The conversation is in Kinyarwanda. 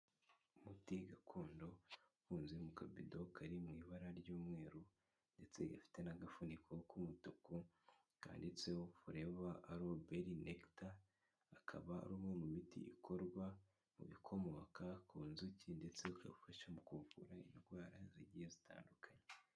Umuti gakondo ufunze mu kabido kari mu ibara ry'umweru ndetse gafite n'agafuniko k'umutuku kanditseho Forever Aloe Berry Nectar akaba ari umwe mu miti ikorwa mu bikomoka ku nzuki ndetse ugafasha mu kuvura indwara zigiye zitandukanye.